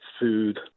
food